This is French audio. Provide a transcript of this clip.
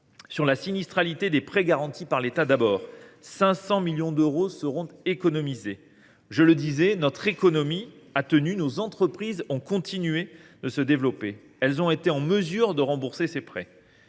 Sur la sinistralité des prêts garantis par l’État (PGE) d’abord, 500 millions d’euros sont économisés. Je le disais, notre économie a tenu, nos entreprises ont continué de se développer. Elles ont été en mesure de rembourser ces prêts.